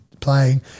playing